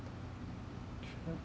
tra~